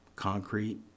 concrete